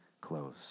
clothes